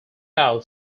out